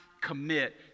commit